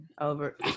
over